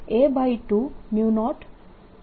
dSa20K K